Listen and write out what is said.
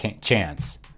chance